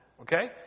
Okay